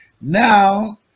Now